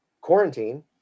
quarantine